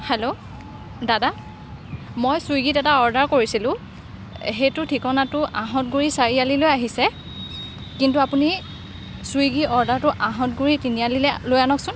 hello দাদা মই ছুইগীত এটা অৰ্ডাৰ কৰিছিলোঁ সেইটো ঠিকনাটো আঁহতগুড়ি চাৰিআলি লৈ আহিছে কিন্তু আপুনি ছুইগীৰ অৰ্ডাৰটো আঁহতগুড়ি তিনিআলিলৈ লৈ আনকচোন